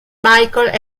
michael